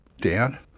Dan